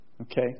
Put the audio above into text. okay